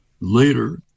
Later